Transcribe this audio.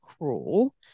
cruel